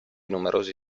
numerosi